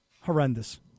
Horrendous